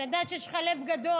אני ידעת שיש לך לב גדול,